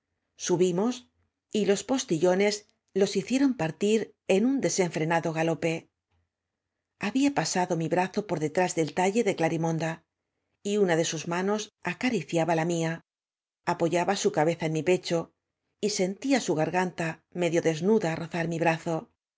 subimos y los postillones los hicieron partir en ua deseafreuado galope había pasado mi brazo por detrás del talle de glarimonda y una de sus maaos acariciaba ja mía apoyaba bu cabeza en mi pecho y sentía su garganta medio desnuda rozar m i brazo